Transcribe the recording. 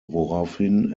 woraufhin